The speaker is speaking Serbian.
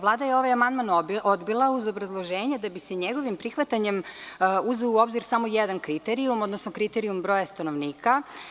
Vlada je ovaj amandman odbila uz obrazloženje da bi se njegovim prihvatanjem uzeo u obzir samo jedan kriterijum, odnosno kriterijum broja stanovnika.